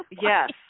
Yes